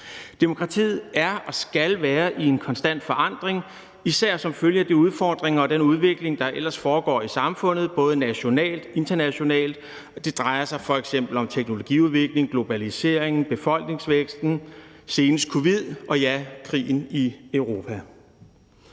Demokratiet er og skal være i en konstant forandring, især som følge af de udfordringer og den udvikling, der ellers foregår i samfundet både nationalt og internationalt. Det drejer sig f.eks. om teknologiudviklingen, globaliseringen, befolkningsvæksten, senest covid og ja, krigen i Europa.